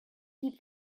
keep